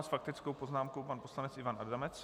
S faktickou poznámkou pan poslanec Ivan Adamec.